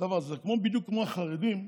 בדיוק כמו החרדים.